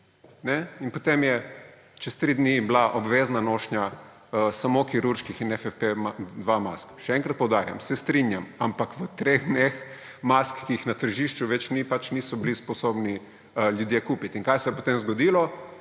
potem je bila čez tri dni obvezna nošnja samo kirurških in FFP-2 mask. Še enkrat poudarjam, se strinjam, ampak v treh dneh mask, ki jih na tržišču več ni, pač niso bili sposobni ljudje kupiti. In kaj se je potem zgodilo?